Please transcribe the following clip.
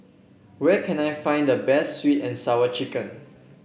where can I find the best sweet and Sour Chicken